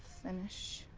finish